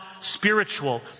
spiritual